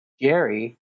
Jerry